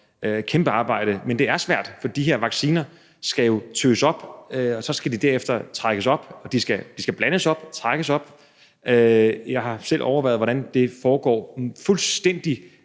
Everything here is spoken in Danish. kæmpe arbejde, men det er svært. For de her vacciner skal jo tøs op, og derefter skal de trækkes op, og de skal blandes op. Jeg har selv overværet, hvordan det foregår, fuldstændig,